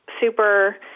super